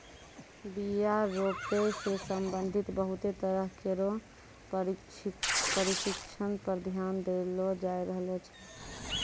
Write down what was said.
बीया रोपै सें संबंधित बहुते तरह केरो परशिक्षण पर ध्यान देलो जाय रहलो छै